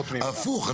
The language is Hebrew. הפוך,